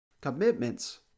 commitments